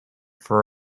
for